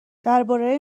درباره